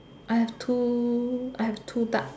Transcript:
I have two I have two duck